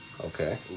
Okay